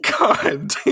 God